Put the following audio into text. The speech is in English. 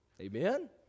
Amen